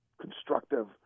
constructive